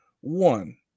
One